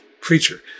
creature